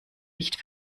nicht